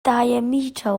diameter